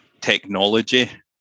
technology